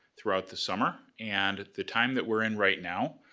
throughout the summer. and the time that we're in right now,